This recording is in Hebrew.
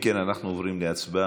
אם כן, אנחנו עוברים להצבעה.